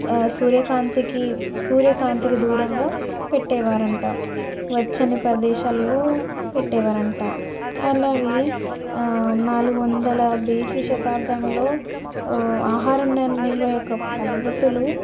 సూర్యకాంతికి సూర్యకాంతికి దూరంగా పెట్టేవారంట వెచ్చని ప్రదేశాల్లో పెట్టేవారంట అలాగే నాలుగు వందల బీసీ శతాబ్దంలో ఆహారాన్ని నిల్వ యొక్క పద్ధతులు